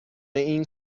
این